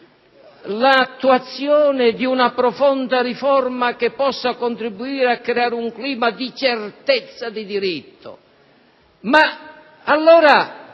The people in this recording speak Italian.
l'attuazione di una profonda riforma che possa contribuire a creare un clima di certezza di diritto. Ma allora